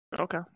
Okay